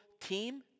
team